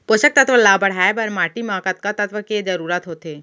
पोसक तत्व ला बढ़ाये बर माटी म कतका तत्व के जरूरत होथे?